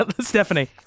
Stephanie